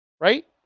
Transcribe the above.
Right